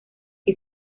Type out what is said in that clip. que